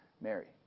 Mary